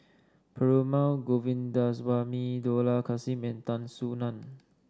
Perumal Govindaswamy Dollah Kassim and Tan Soo Nan